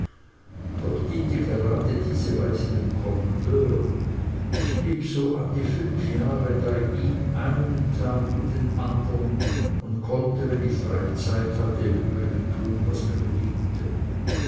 doch diente gerade diese weise dem kommandeur ich blieb so an die fünf jahre bei ihm einen tag wie den andern und konnte wenn ich freie zeit hatte im übrigen tun was mir beliebte